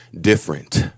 different